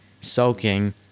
soaking